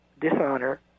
dishonor